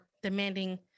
demanding